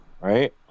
right